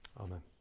Amen